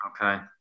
Okay